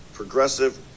progressive